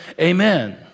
Amen